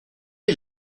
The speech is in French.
est